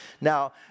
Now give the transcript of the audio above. Now